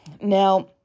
Now